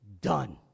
Done